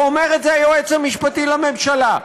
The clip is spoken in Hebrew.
ואומר את זה היועץ המשפטי לממשלה.